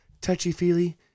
touchy-feely